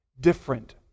different